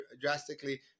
drastically